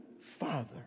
Father